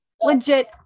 legit